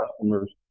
customers